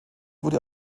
wurde